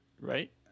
right